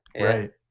right